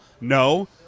No